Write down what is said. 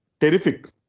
terrific